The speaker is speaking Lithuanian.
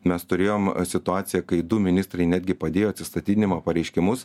mes turėjom situaciją kai du ministrai netgi padėjo atsistatydinimo pareiškimus